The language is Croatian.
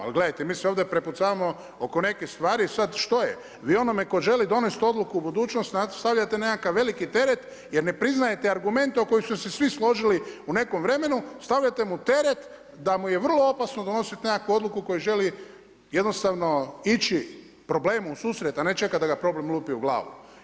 Ali gledajte, mi se ovdje prepucavamo oko nekih stvari i sada što je, vi onome tko želi donijeti odluku u budućnosti stavljati nekakav veliki teret jer ne priznajete argumente oko kojih su se svi složili u nekom vremenu, stavljate mu teret da mu je vrlo opasno donositi nekakvu odluku koju želi jednostavno ići problemu u susret a ne čekati da ga problem lupi u glavu.